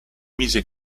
mise